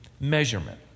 measurement